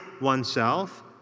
oneself